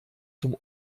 zum